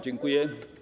Dziękuję.